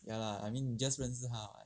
ya lah I mean just 认识他 [what]